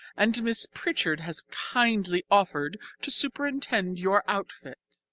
and miss pritchard has kindly offered to superintend your outfit.